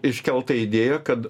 iškelta idėja kad